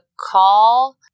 call